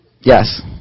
Yes